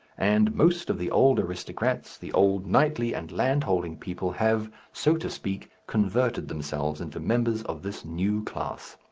and most of the old aristocrats, the old knightly and landholding people, have, so to speak, converted themselves into members of this new class.